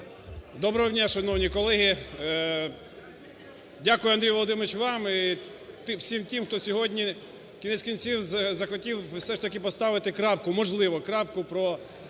Доброго дня, шановні колеги! Дякую, Андрій Володимирович, вам і всім тим, хто сьогодні, кінець кінцем, захотів все ж таки поставити крапку, можливо, крапку про